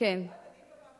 זה נוהל חדש?